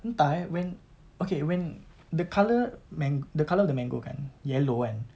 entah eh when okay when the colour mang~ the colour of the mango kan yellow kan